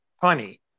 funny